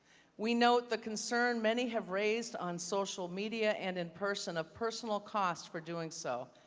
we note the concern many have raised on social media and in person of personal costs for doing so.